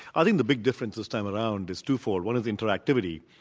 i think the big difference this time around is twofold, one is interactivity.